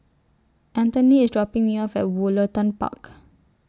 Anthoney IS dropping Me off At Woollerton Park